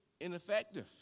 ineffective